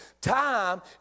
Time